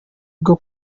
bwo